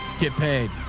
get paid